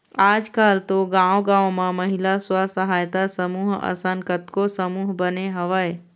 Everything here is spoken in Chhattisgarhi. आजकल तो गाँव गाँव म महिला स्व सहायता समूह असन कतको समूह बने हवय